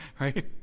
Right